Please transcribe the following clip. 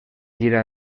gira